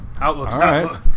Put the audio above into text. Outlook's